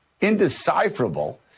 indecipherable